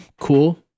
Cool